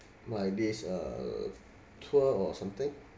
my this uh tour or something